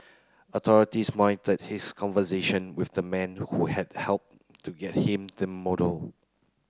authorities monitored his conversation with the man who had help to get him the motor